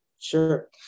Sure